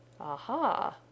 Aha